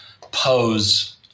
pose